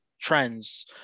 trends